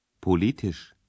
Politisch